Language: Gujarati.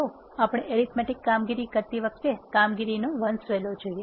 ચાલો આપણે એરીથમેટીક કામગીરી કરતી વખતે કામગીરીનું વંશવેલો જોઈએ